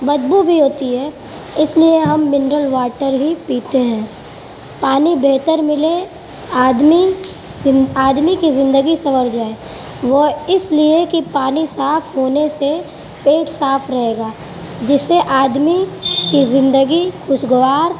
بدبو بھی ہوتی ہے اس لیے ہم منرل واٹر ہی پیتے ہیں پانی بہتر ملے آدمی آدمی کی زندگی سنور جائے وہ اس لیے کہ پانی صاف ہونے سے پیٹ صاف رہے گا جس سے آدمی کی زندگی خوشگوار